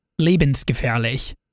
lebensgefährlich